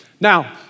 Now